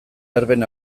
berben